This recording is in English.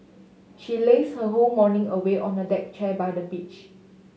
she lazed her whole morning away on a deck chair by the beach